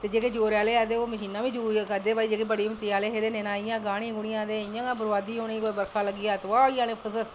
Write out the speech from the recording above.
ते जेह्के जोरै आह्ले ऐ ते ओह् मशीनां बी चुकदे ते जेह्ड़े बड़े हिम्मतै आह्ले हे ते गाह्नी ते इंया बरबादी होनी बर्खा लग्गी जा ते तबाह् होई जानी फसल